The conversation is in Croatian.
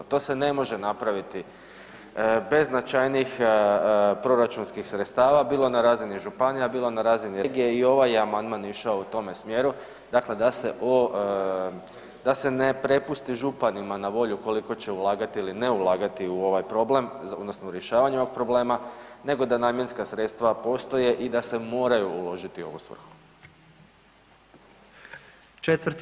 To se ne može napraviti bez značajnijih proračunskih sredstava, bilo na razini županija, bilo na razini regije i ovaj je amandman išao u tome smjeru, dakle da se o, da se ne prepusti županima na volju koliko će ulagati ili ne ulagati u ovaj problem, odnosno u rješavanje ovog problema, nego da namjenska sredstva postoje i da se moraju uložiti u ovu svrhu.